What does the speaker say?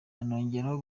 anongeraho